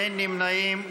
אין נמנעים.